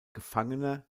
gefangener